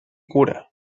cura